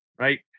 right